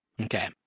Okay